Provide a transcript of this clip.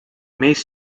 maze